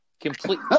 Complete